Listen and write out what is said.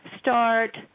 Start